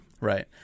right